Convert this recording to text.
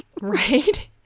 right